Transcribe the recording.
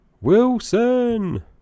Wilson